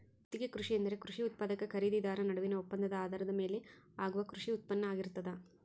ಗುತ್ತಿಗೆ ಕೃಷಿ ಎಂದರೆ ಕೃಷಿ ಉತ್ಪಾದಕ ಖರೀದಿದಾರ ನಡುವಿನ ಒಪ್ಪಂದದ ಆಧಾರದ ಮೇಲೆ ಆಗುವ ಕೃಷಿ ಉತ್ಪಾನ್ನ ಆಗಿರ್ತದ